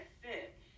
fit